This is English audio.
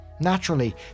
naturally